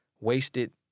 wasted